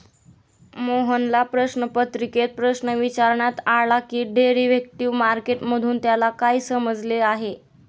मोहनला प्रश्नपत्रिकेत प्रश्न विचारण्यात आला की डेरिव्हेटिव्ह मार्केट मधून त्याला काय समजले आहे?